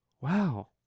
wow